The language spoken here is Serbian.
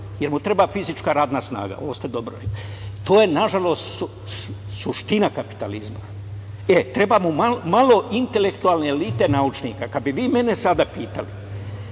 jer mu treba fizička radna snaga i ovo ste dobro rekli. To je, nažalost, suština kapitalizma. Treba mu malo intelektualne elite naučnika. Kada bi vi mene sada pitali,